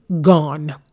gone